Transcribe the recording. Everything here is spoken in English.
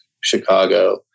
Chicago